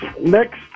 next